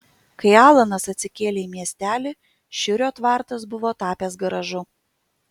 kai alanas atsikėlė į miestelį šiurio tvartas buvo tapęs garažu